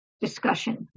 discussion